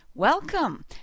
Welcome